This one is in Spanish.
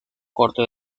corte